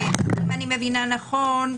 אם אני מבינה נכון,